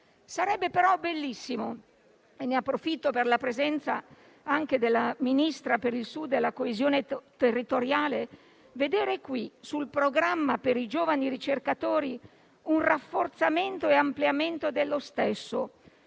Sarebbe però bellissimo - e ne approfitto per la presenza anche della Ministra per il Sud e la coesione territoriale - vedere qui, sul Programma per i giovani ricercatori, un rafforzamento e un ampliamento dello stesso,